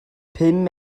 pum